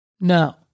No